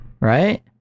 right